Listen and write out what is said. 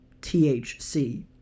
THC